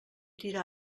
tira